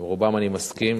עם רובם אני מסכים.